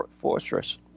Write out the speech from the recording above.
fortress